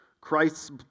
Christ's